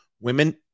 Women